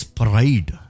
pride